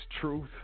truth